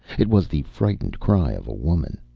it was the frightened cry of a woman.